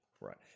Right